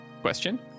Question